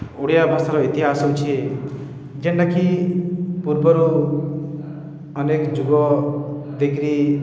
ଓଡ଼ିଆ ଭାଷାର ଇତିହାସ ହଉଛେ ଯେନ୍ଟାକି ପୂର୍ବରୁ ଅନେକ ଯୁଗ ଦେଇକରି